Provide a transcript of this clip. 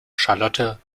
charlotte